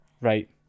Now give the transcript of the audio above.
Right